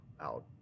out